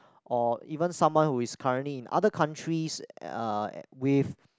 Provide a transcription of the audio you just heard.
or even someone who is currently in other countries uh with